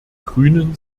grünen